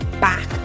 back